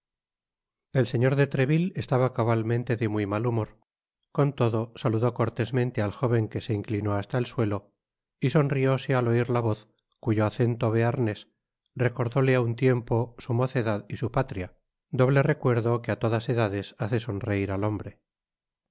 el señor de treville estaba cabalmente de muy mal humor con todo saludó cortesmente al jóven que se inclinó hasta el suelo y sonrióse al oir la voz cuyo acento bearnés recordóle á un tiempo su mocedad y su patria doble recuerdo que á todas edades hace sonreir al hombre